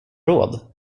råd